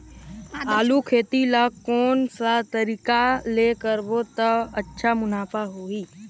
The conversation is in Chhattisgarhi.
आलू खेती ला कोन सा तरीका ले करबो त अच्छा मुनाफा होही?